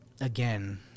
again